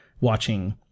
watching